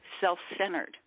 self-centered